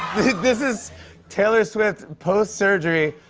this is taylor swift, post-surgery.